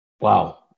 Wow